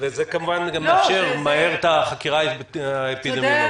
זה כמובן מאפשר מהר את החקירה האפידמיולוגית.